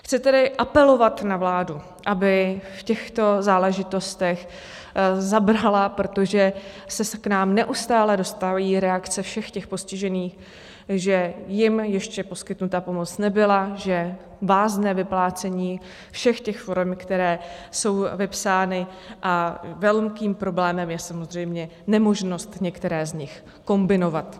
Chci tedy apelovat na vládu, aby v těchto záležitost zabrala, protože se k nám neustále dostávají reakce všech těch postižených, že jim ještě poskytnuta pomoc nebyla, že vázne vyplácení všech forem, které jsou vypsány, a velkým problémem je samozřejmě nemožnost některé z nich kombinovat.